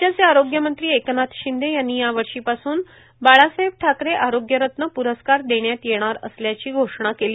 राज्याचे आरोग्यमंत्री एकनाथ शिंदे यांनी या वर्षीपासून बाळासाहेब ठाकरे आरोग्य रत्न प्रस्कार देण्यात येण्यार असल्याची घोषणा केली